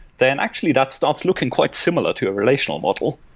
then actually that starts looking quite similar to a relational model.